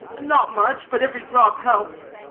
not much but every drop helps.